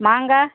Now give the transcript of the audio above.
மாங்காய்